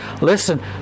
Listen